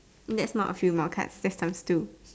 that's not a few more cards that's times two